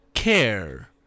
care